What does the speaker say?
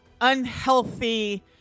unhealthy